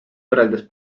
võrreldes